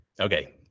okay